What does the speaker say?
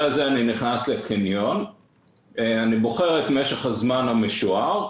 אני בוחר את משך הזמן המשוער,